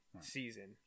season